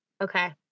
Okay